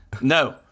No